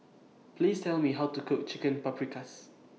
Please Tell Me How to Cook Chicken Paprikas